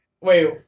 Wait